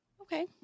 Okay